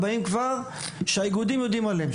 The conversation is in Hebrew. הם כבר באים כשהאיגודים יודעים עליהם,